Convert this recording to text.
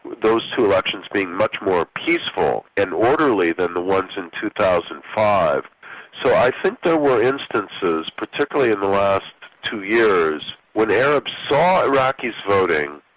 those two elections being much more peaceful and orderly than the ones in two thousand and five so i think there were instances, particularly in the last two years, when arabs saw iraqis voting,